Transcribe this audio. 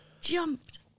jumped